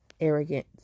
arrogant